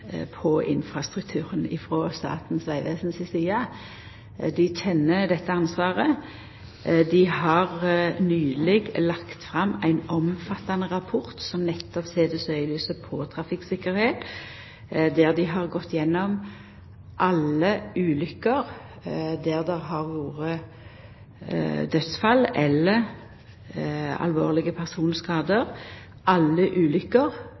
på infrastrukturen. Dei kjenner dette ansvaret. Dei har nyleg lagt fram ein omfattande rapport som nettopp set søkjelyset på trafikktryggleik. Dei har gått gjennom alle ulukker der det har vore dødsfall eller alvorlege personskadar – alle